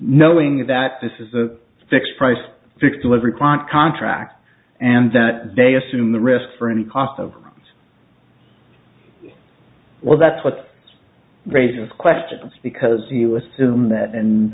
knowing that this is a fixed price fixed delivery plant contract and that they assume the risk for any cost of war that's what raises questions because you assume that